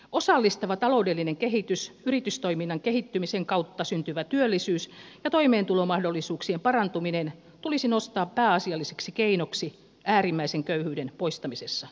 osallistava taloudellinen kehitys yritystoiminnan kehittymisen kautta syntyvä työllisyys ja toimeentulomahdollisuuksien parantuminen tulisi nostaa pääasialliseksi keinoksi äärimmäisen köyhyyden poistamisessa